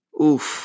Oof